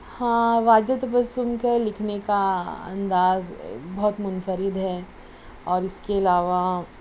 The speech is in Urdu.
ہاں واجدہ تبسم کے لکھنے کا انداز بہت منفرد ہے اور اِس کے علاوہ